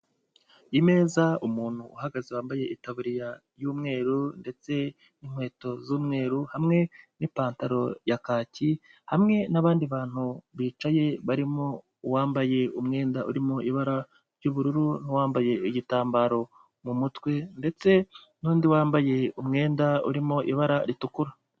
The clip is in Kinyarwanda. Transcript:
Imeza umuntu uhagaze wambaye itabuririya y'umweru ndetse n'inkweto z'umweru, hamwe n'ipantaro ya kaki, hamwe n'abandi bantu bicaye barimo uwambaye umwenda urimo ibara ry'ubururu, n'uwambaye igitambaro mu mutwe ndetse n'undi wambaye umwenda urimo ibara ritukura.